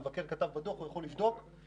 המבקר כתב את זה בדוח, הוא יכול לבדוק את זה.